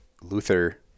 Luther